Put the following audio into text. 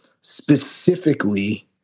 specifically